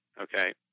okay